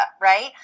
right